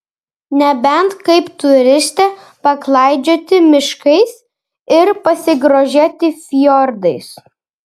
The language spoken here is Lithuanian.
nebent kaip turistė paklaidžioti miškais ir pasigrožėti fjordais